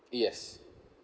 yes